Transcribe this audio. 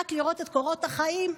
רק לראות את קורות החיים,